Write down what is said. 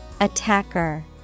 Attacker